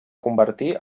convertir